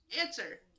answer